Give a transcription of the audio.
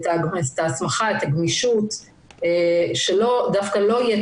את ההסמכה ואת הגמישות שדווקא לא יהיה